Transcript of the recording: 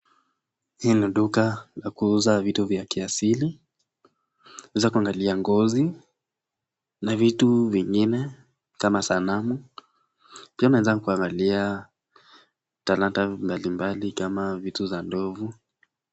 Hii ni duka la kuuza vitu vya kiasili. Naweza kuangalia ngozi na vitu vingine kama sanamu, pia naweza kuangalia talanta mbali mbali kama vitu za ndovu.